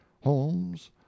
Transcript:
holmes